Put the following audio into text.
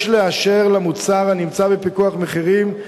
יש לאשר למוצר הנמצא בפיקוח מחירים,